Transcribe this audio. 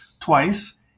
Twice